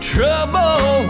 Trouble